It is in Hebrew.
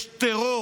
יש טרור